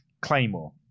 Claymore